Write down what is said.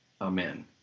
Amen